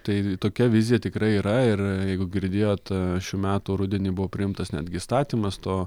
tai tokia vizija tikrai yra ir jeigu girdėjot šių metų rudenį buvo priimtas netgi įstatymas to